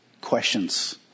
questions